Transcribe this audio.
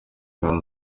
kandi